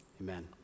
Amen